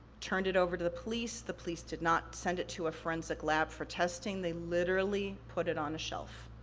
turned it over to the police, the police did not send it to a forensic lab for testing, they literally put it on a shelf.